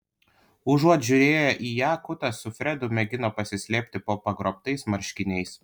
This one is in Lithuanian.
užuot žiūrėję į ją kutas su fredu mėgino pasislėpti po pagrobtais marškiniais